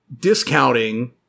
discounting